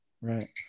Right